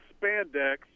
spandex